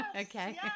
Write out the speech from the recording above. Okay